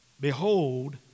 behold